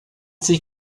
sich